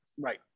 Right